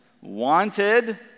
wanted